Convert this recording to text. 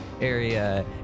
area